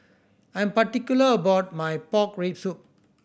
I am particular about my pork rib soup